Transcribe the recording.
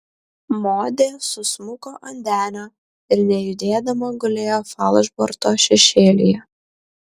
modė susmuko ant denio ir nejudėdama gulėjo falšborto šešėlyje